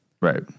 Right